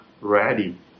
ready